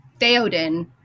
Theoden